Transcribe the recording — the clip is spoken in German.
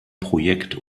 projekt